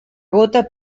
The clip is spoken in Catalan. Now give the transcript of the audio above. gota